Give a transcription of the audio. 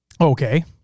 Okay